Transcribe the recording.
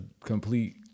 complete